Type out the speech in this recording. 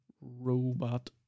Robot